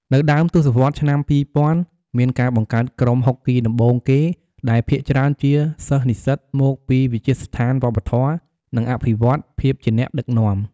នៅដើមទសវត្សរ៍ឆ្នាំ២០០០ មានការបង្កើតក្រុមហុកគីដំបូងគេ ដែលភាគច្រើនជាសិស្សនិស្សិតមកពីវិទ្យាស្ថានវប្បធម៌ និងអភិវឌ្ឍន៍ភាពជាអ្នកដឹកនាំ។